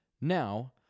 Now